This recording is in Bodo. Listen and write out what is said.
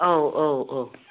औ औ औ